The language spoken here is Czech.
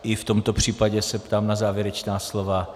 I v tomto případě se ptám na závěrečná slova.